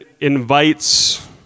invites